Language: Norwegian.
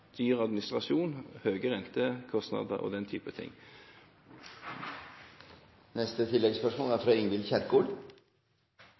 dyr administrasjon, høye rentekostnader og den type ting.